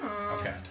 Okay